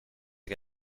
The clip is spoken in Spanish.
que